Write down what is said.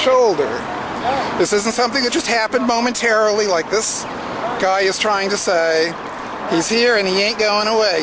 shoulder this isn't something that just happen momentarily like this guy is trying to say he's here and he ain't going away